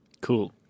cool